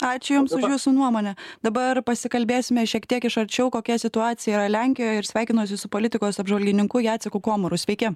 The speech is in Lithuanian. ačiū jums už jūsų nuomonę dabar pasikalbėsime šiek tiek iš arčiau kokia situacija yra lenkijoj ir sveikinuosi su politikos apžvalgininku jaceku komaru sveiki